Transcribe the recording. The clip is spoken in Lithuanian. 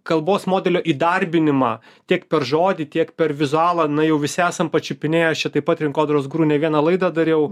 kalbos modelio įdarbinimą tiek per žodį tiek per vizualą na jau visi esam pačiupinėję čia taip pat rinkodaros guru ne vieną laidą dariau